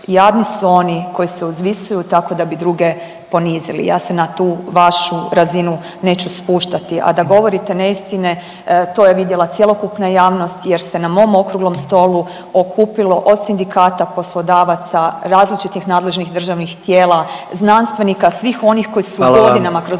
jadni su oni koji se uzvisuju tako da bi druge ponizili. Ja se na tu vašu razinu neću spuštati. A da govorite neistine to je vidjela cjelokupna javnost jer se na mom okruglom stolu okupilo od sindikata, poslodavaca, različitih nadležnih državnih tijela, znanstvenika, svih onih koji su godinama …